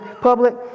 public